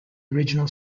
original